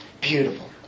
Beautiful